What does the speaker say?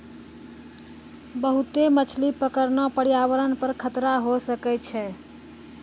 बहुते मछली पकड़ना प्रयावरण पर खतरा होय सकै छै